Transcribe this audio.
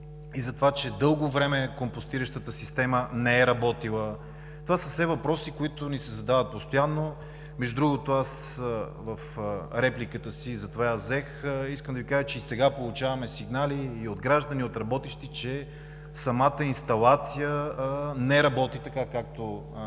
и за това, че дълго време компостиращата система не е работила. Това са все въпроси, които постоянно ни се задават. Между другото в репликата си, затова я взех, искам да Ви кажа, че и сега получаваме сигнали и от граждани, и от работещи, че самата инсталация не работи, така както